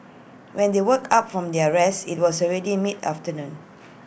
when they woke up from their rest IT was already mid afternoon